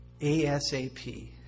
ASAP